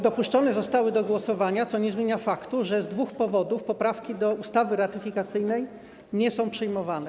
Dopuszczone zostały do głosowania, co nie zmienia faktu, że z dwóch powodów poprawki do ustawy ratyfikacyjnej nie są przyjmowane.